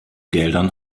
geldern